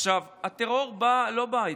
עכשיו, הטרור לא בא אתמול,